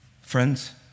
Friends